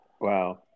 Wow